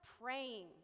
praying